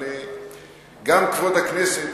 אבל גם כבוד הכנסת,